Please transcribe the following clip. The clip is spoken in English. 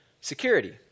security